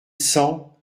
cent